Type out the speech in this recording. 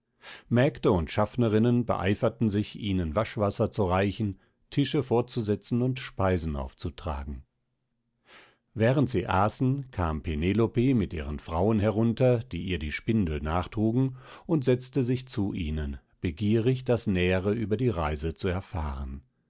mägde und schaffnerinnen beeiferten sich ihnen waschwasser zu reichen tische vorzusetzen und speisen aufzutragen während sie aßen kam penelope mit ihren frauen herunter die ihr die spindel nachtrugen und setzte sich zu ihnen begierig das nähere über die reise zu erfahren